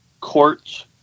courts